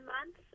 months